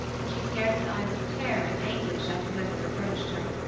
and she stared with eyes of terror and anguish at whoever approached her.